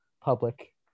public